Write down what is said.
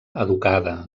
educada